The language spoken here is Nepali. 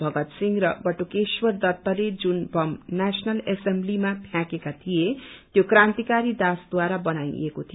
भगत सिंह र बटुकेश्वर दत्तते जुन बम नेशनल एसेम्बलीमा फँयाकेका थिए त्यो क्रान्तिकारी दासद्वारा बनाईएको थियो